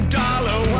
dollar